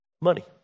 money